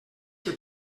que